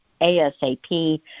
ASAP